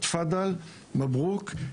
תפדל, מברוכ.